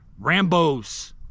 Rambos